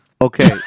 Okay